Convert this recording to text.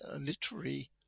literary